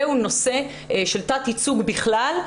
זהו נושא של תת-ייצוג בכלל,